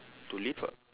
to live uh